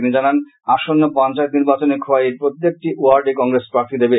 তিনি জানান আসন্ন পঞ্চায়েত নির্বাচনে খোয়াই এর প্রত্যেকটি ওয়ার্ডে কংগ্রেস প্রার্থী দেবে